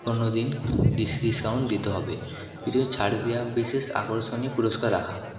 কোনোদিন dis discount দিতে হবে কিছু ছাড় দেওয়া বিশেষ আকর্ষণীয় পুরস্কার রাখা